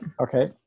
Okay